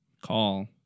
call